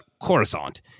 Coruscant